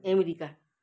America